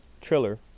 Triller